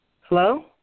Hello